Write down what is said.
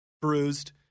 bruised